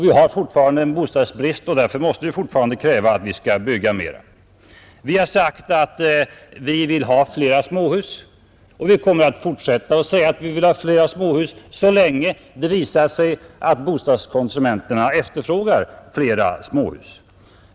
Vi har fortfarande bostadsbrist och mäste därför kräva att det byggs mer. Vi har sagt att vi vill ha flera småhus och kommer att fortsätta att säga detta så länge bostadskonsumenterna efterfrågar fler småhus.